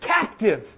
captive